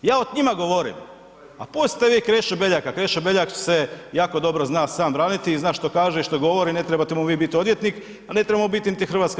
Ja o njima govorim, pa pustite vi Krešu Beljaka, Krešo Beljak se jako dobro zna sam braniti i zna što kaže i što govori, ne trebate mu vi biti odvjetnik, a ne treba mu biti niti HRT.